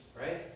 right